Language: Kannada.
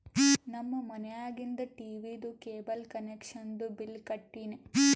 ನಮ್ ಮನ್ಯಾಗಿಂದ್ ಟೀವೀದು ಕೇಬಲ್ ಕನೆಕ್ಷನ್ದು ಬಿಲ್ ಕಟ್ಟಿನ್